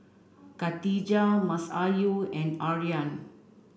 Khatijah Masayu and Aryan